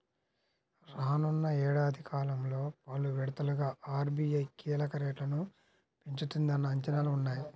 రానున్న ఏడాది కాలంలో పలు విడతలుగా ఆర్.బీ.ఐ కీలక రేట్లను పెంచుతుందన్న అంచనాలు ఉన్నాయి